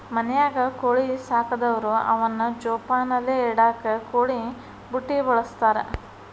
ಮನ್ಯಾಗ ಕೋಳಿ ಸಾಕದವ್ರು ಅವನ್ನ ಜೋಪಾನಲೆ ಇಡಾಕ ಕೋಳಿ ಬುಟ್ಟಿ ಬಳಸ್ತಾರ